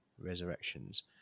Resurrections